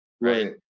right